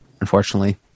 Unfortunately